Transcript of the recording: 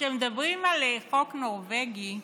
כשמדברים על חוק נורבגי,